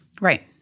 Right